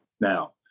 Now